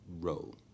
role